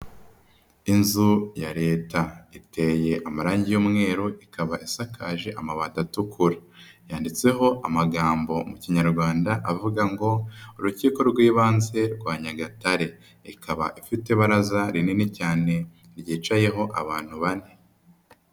Inzu ya Leta iteye amarangi y'umweru ikaba isakaje amabati atukura, yanditseho amagambo mu Kinyarwanda avuga ngo Urukiko rw'Ibanze rwa Nyagatare, ikaba ifite ibaraza rinini cyane ryicayeho abantu bane.